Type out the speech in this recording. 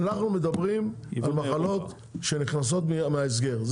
אנחנו מדברים על מחלות שנכנסות מההסגר,